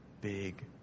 big